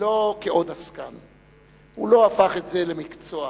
לא כ"עוד עסקן"; הוא לא הפך את זה למקצוע,